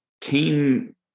came